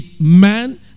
man